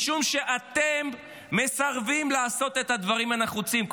משום שאתם מסרבים לעשות את הדברים הנחוצים,